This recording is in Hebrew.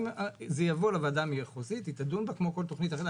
זה יבוא לוועדה המחוזית שתדון בה כמו בכל תכנית אחרת.